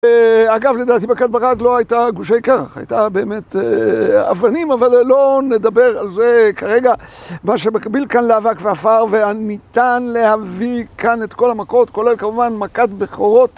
אגב, לדעתי, מכת ברד לא הייתה גושי כרח, הייתה באמת אבנים, אבל לא נדבר על זה כרגע. מה שמקביל כאן לאבק ואפר, וניתן להביא כאן את כל המכות, כולל כמובן מכת בכורות.